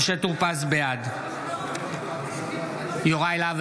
פז, בעד יוראי להב